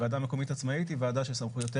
ועדה מקומית עצמאית היא ועדה שסמכויותיה